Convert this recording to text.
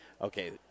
Okay